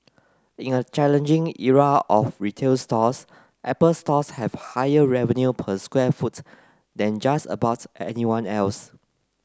in a challenging era of retail stores Apple Stores have higher revenue per square foot than just about anyone else